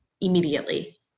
immediately